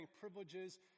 privileges